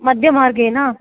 मध्ये मार्गेण